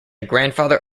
grandfather